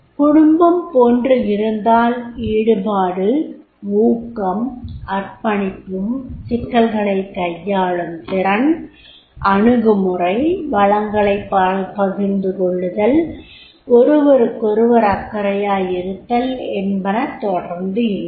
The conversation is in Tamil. குடும்பம் போன்று இருந்தால் ஈடுபாடு ஊக்கம் அர்ப்பணிப்பு சிக்கல்களைக் கையாளும் திறன் அணுகுமுறை வளங்களைப் பகிர்ந்துகொள்ளுதல் ஒருவருக்கொருவர் அக்கறையாயிருத்தல் என்பன தொடர்ந்து இருக்கும்